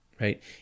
right